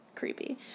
Creepy